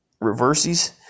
reverses